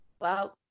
Wow